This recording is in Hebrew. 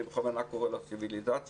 אני בכוונה קורא לה סיוויליזציה,